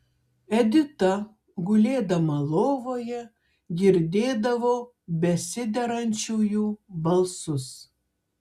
edita gulėdama lovoje girdėdavo besiderančiųjų balsus